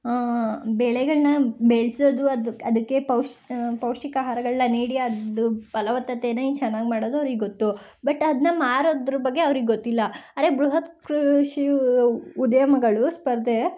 ಬೆಳೆಗಳನ್ನ ಬೆಳೆಸೋದು ಅದು ಕ್ ಅದಕ್ಕೆ ಪೌಷ್ಟಿಕ ಆಹಾರಗಳನ್ನ ನೀಡಿ ಅದು ಫಲವತ್ತತೇನ ಹೆಂಗ್ ಚೆನ್ನಾಗಿ ಮಾಡೋದು ಅವ್ರಿಗೆ ಗೊತ್ತು ಬಟ್ ಅದನ್ನ ಮಾರೋದ್ರ ಬಗ್ಗೆ ಅವ್ರಿಗೆ ಗೊತ್ತಿಲ್ಲ ಆದ್ರೇ ಬೃಹತ್ ಕೃಷಿ ಉದ್ಯಮಗಳು ಸ್ಪರ್ಧೆ